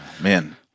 man